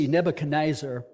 Nebuchadnezzar